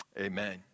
Amen